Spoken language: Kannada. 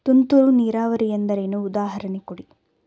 ತುಂತುರು ನೀರಾವರಿ ಎಂದರೇನು, ಉದಾಹರಣೆ ಕೊಡಿ?